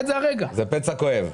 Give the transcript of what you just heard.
זה פצע כואב.